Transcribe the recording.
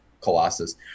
Colossus